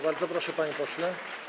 Bardzo proszę, panie pośle.